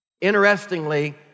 Interestingly